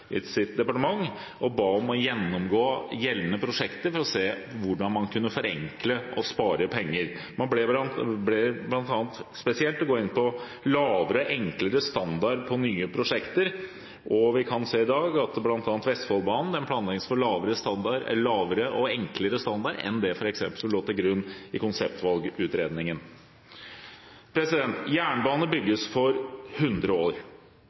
departement og ba dem om å gjennomgå gjeldende prosjekter for å se hvordan man kunne forenkle og spare penger. Man ble spesielt bedt om å gå inn på lavere, enklere standard på nye prosjekter. Og vi kan se at bl.a. Vestfoldbanen i dag planlegges for lavere og enklere standard enn det som f.eks. lå til grunn i konseptvalgutredningen. Jernbane bygges for 100 år.